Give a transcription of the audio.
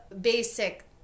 basic